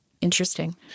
interesting